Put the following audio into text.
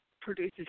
produces